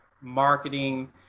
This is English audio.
marketing